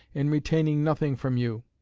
in retaining nothing from you.